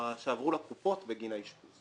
שעברו לקופות בגין האשפוז.